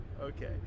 Okay